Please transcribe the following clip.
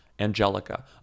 Angelica